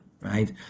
right